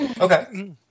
okay